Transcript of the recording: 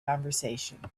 conversation